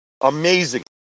Amazing